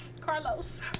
Carlos